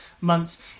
months